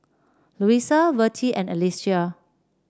Louisa Vertie and Alesia